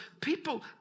people